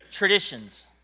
Traditions